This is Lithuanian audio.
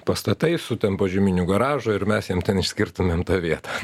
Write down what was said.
pastatai su ten požeminiu garažu ir mes jiem ten išskirtumėm tą vietą